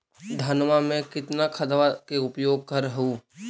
धानमा मे कितना खदबा के उपयोग कर हू?